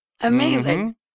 Amazing